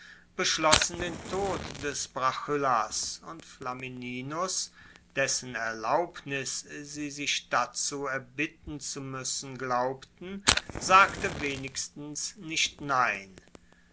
beschlossen den tod des brachyllas und flamininus dessen erlaubnis sie sich dazu erbitten zu muessen glaubten sagte wenigstens nicht nein